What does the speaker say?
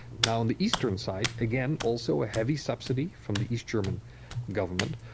now, on the eastern side again also a heavy subsidy, from the east german government,